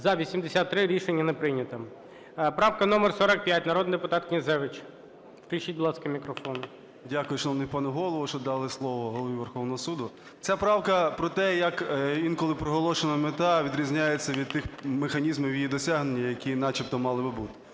За-83 Рішення не прийнято. Правка номер 45, народний депутат Князевич. Включіть, будь ласка, мікрофон. 13:33:49 КНЯЗЕВИЧ Р.П. Дякую, шановний пане Голово, що дали слово Голові Верховного Суду. Ця правка про те, як інколи проголошена мета відрізняється від тих механізмів її досягнення, які начебто мали би бути.